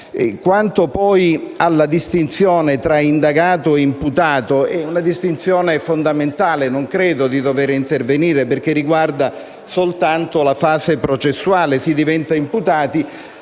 Quanto poi alla distinzione tra indagato e imputato, è una distinzione fondamentale - non credo di dover intervenire - perché riguarda soltanto la fase processuale: si diventa imputati